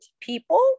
people